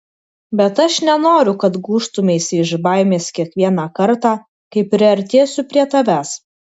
bet aš nenoriu kad gūžtumeisi iš baimės kiekvieną kartą kai priartėsiu prie tavęs